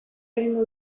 egingo